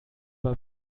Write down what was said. bei